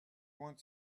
want